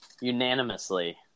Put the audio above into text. Unanimously